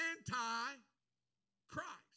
Antichrist